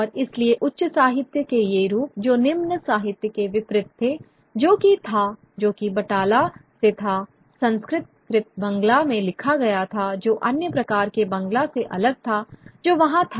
और इसलिए उच्च साहित्य के ये रूप जो निम्न साहित्य के विपरीत थे जो कि था जो कि बैटाला से था संस्कृतकृत बंगला में लिखा गया था जो अन्य प्रकार के बंगला से अलग था जो वहाँ था